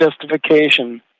justification